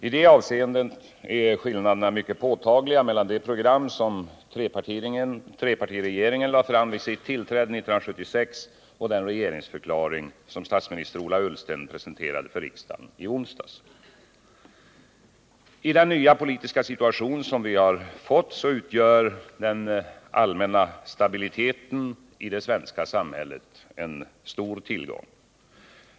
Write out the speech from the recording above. I det avseendet är skillnaderna mycket påtagliga mellan det program som trepartiregeringen lade fram vid sitt tillträde 1976 och den regeringsförklaring som statsminister Ola Ullsten presenterade för riksdagen i onsdags. I den nya politiska situation som vi fått utgör den allmänna stabiliteten i det svenska samhället en stor tillgång.